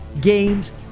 games